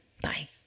Bye